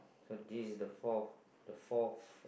so this is the fourth the fourth